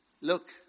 look